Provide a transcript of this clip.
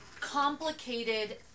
complicated